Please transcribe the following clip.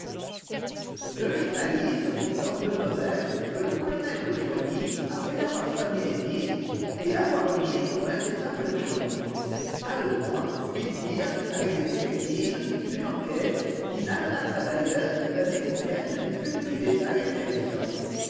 deux journalistes pourtant demeurèrent que le colonel rejoignit après avoir soigné édith et l'avoir remise aux mains des femmes de chambre à eux trois ils firent avec les détectives une enquête qui n'amena pas d'ailleurs la découverte du plus petit détail intéressant